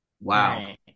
Wow